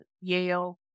Yale